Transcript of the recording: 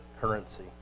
currency